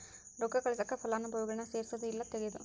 ರೊಕ್ಕ ಕಳ್ಸಾಕ ಫಲಾನುಭವಿಗುಳ್ನ ಸೇರ್ಸದು ಇಲ್ಲಾ ತೆಗೇದು